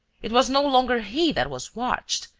it was no longer he that was watched,